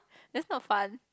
that's not fun